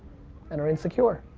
and are insecure.